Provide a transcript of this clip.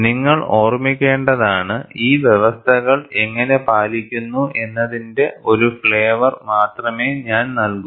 നിങ്ങൾ ഓർമ്മിക്കേണ്ടതാണ് ഈ വ്യവസ്ഥകൾ എങ്ങനെ പാലിക്കുന്നു എന്നതിന്റെ ഒരു ഫ്ലേവർ മാത്രമേ ഞാൻ നൽകൂ